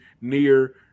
near-